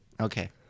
Okay